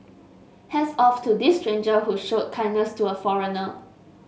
hats off to this stranger who showed kindness to a foreigner